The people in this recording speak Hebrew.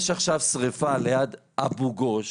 אם יש עכשיו שריפה ליד אבו גוש,